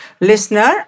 Listener